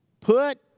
Put